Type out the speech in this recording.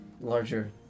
larger